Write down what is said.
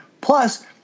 Plus